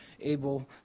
able